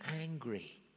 angry